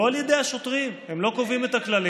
לא על ידי השוטרים, הם לא קובעים את הכללים,